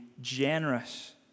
generous